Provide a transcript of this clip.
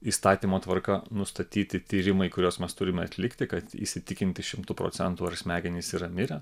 įstatymo tvarka nustatyti tyrimai kuriuos mes turime atlikti kad įsitikinti šimtu procentų ar smegenys yra mirę